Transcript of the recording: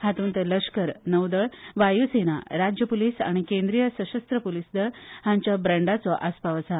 हातूंत लष्कर नौदळ वायुसेना राज्युपुलिस आनी केद्रिय सशस्त्र पुलिस दळ हांच्या बँण्डाचो आसपाव आसा